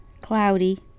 cloudy